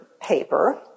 paper